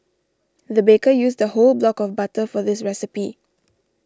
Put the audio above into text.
the baker used a whole block of butter for this recipe